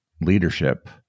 leadership